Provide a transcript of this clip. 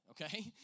okay